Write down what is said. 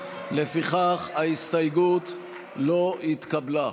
לפיכך ההסתייגות לא התקבלה.